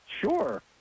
Sure